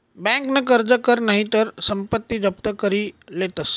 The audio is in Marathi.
बँकन कर्ज कर नही तर संपत्ती जप्त करी लेतस